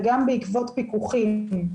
וגם בעקבות פיקוחים.